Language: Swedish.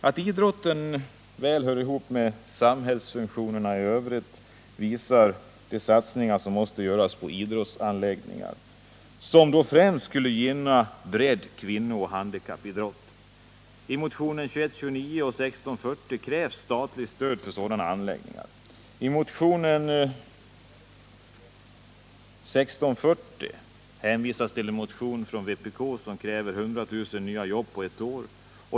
Att idrotten hör väl ihop med samhällsfunktionerna i övrigt visar de satsningar som måste göras på idrottsanläggningar, vilka främst skulle gynna bredd-, kvinnooch handikappidrotten. I motionerna 2129 och 1640 krävs statligt stöd för sådana anläggningar. I motionen 1640 hänvisas till en motion från vpk som kräver 100 000 nya jobb på ett år.